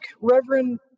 Reverend